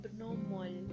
abnormal